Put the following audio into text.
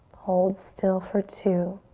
hold still for two.